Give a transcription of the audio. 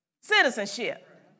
citizenship